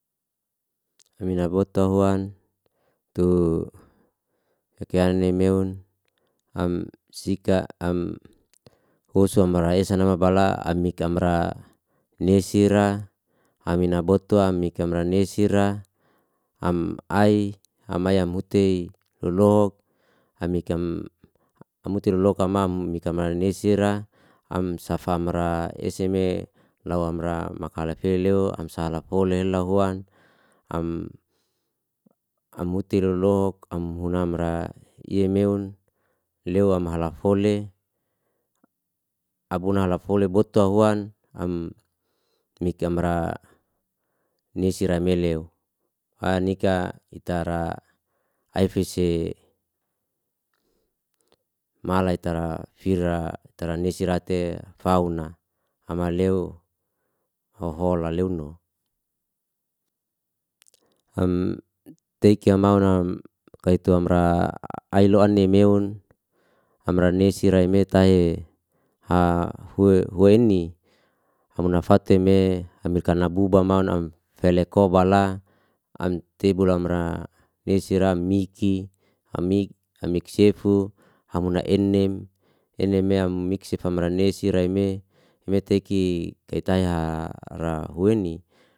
Amina bota huan tu yekayanin meon am sika am hoso ambara i sa ne we bala ami kamra nesi ra amina botu a mika manansir a am ai hamaya mutei lolok amika amutir loka mam mika maminesir ra amsafamra eseme lawamra makala feleo o amsala fole lahuan am amute lolohok am hunamra iye meon lewamahala fole abuna halafole bot'to ahuan am mikamra nesi ra meleo fanika itara aifese malai tala fira tarannesi ra te fauna ama leo ho hola lae no am teki a yamau nam kai tuamra ailo'an ni meon amran esi rai mei tahe ha hu huenni hamunafate me hamirkana bubam maunam fele koba la amtibulamra nesi ra miki amik amik sefu amuna enem enem meam mixi famarenesi raime imeeteki kai taya ra huenni